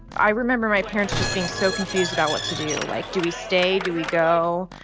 i remember my parents just being so confused about what to do. like, do we stay? do we go?